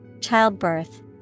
Childbirth